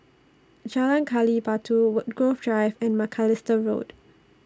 Jalan Gali Batu Woodgrove Drive and Macalister Road